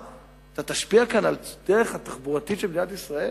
אתה תשפיע כאן על הדרך התחבורתית של מדינת ישראל?